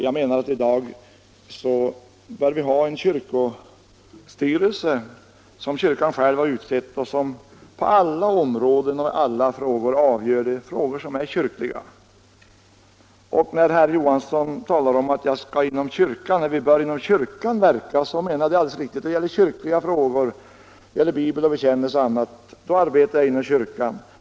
Jag menar att vi i dag bör ha en kyrkostyrelse som kyrkan själv har utsett och som på alla områden avgör kyrkliga frågor. När herr Johansson i Trollhättan säger att vi bör verka inom kyrkan är det alldeles riktigt när det gäller kyrkliga frågor — Bibeln, bekännelser eller annat liknande.